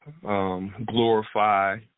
glorify